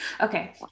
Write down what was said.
Okay